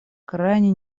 крайне